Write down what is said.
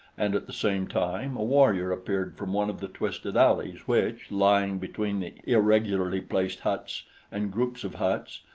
and at the same time a warrior appeared from one of the twisted alleys which, lying between the irregularly placed huts and groups of huts,